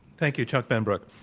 thank you. chuck benbrook.